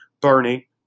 Bernie